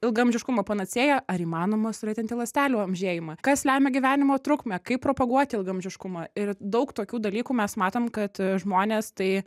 ilgaamžiškumo panacėja ar įmanoma sulėtinti ląstelių amžėjimą kas lemia gyvenimo trukmę kaip propaguoti ilgaamžiškumą ir daug tokių dalykų mes matom kad žmonės tai